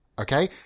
Okay